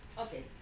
Okay